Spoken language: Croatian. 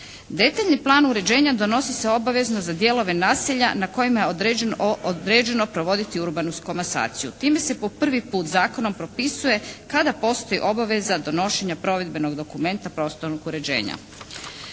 Detaljni plan uređenja donosi se obavezno za dijelove naselja na kojima je određeno provoditi …/Govornik se ne razumije./… komasaciju. Time se po prvi put zakonom propisuje kada postoji obaveza donošenja provedbenog dokumenta prostornog uređenja.